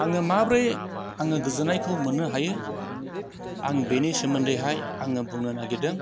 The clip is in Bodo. आङो माब्रै आङो गोजोननायखौ मोननो हायो आं बिनि सोमोन्दैहाय आङो बुंनो नागिरदों